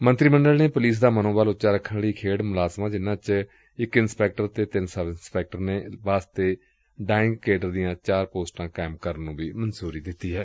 ਮੰਤਰੀ ਮੰਡਲ ਨੇ ਪੁਲੀਸ ਦਾ ਮਨੋਬਲ ਉਚਾ ਰੱਖਣ ਲਈ ਖੇਡ ਮੁਲਾਜ਼ਮਾਂ ਜਿਨਾਂ ਵਿੱਚ ਇਕ ਇੰਸਪੈਕਟਰ ਅਤੇ ਤਿੰਨ ਸਬ ਇੰਸਪੈਕਟਰ ਸ਼ਾਮਲ ਨੇ ਲਈ ਡਾਇੰਗ ਕੇਡਰ ਦੀਆਂ ਚਾਰ ਪੋਸਟਾਂ ਕਾਇਮ ਕਰਨ ਨੂੰ ਮਨਜ਼ੁਰੀ ਦਿੱਤੀ ਏ